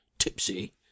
tipsy